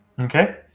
Okay